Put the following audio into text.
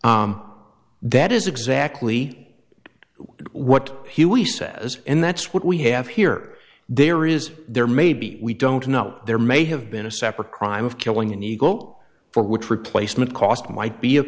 woman that is exactly what he says and that's what we have here there is there maybe we don't know there may have been a separate crime of killing an eagle for which replacement cost might be